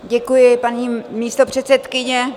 Děkuji, paní místopředsedkyně.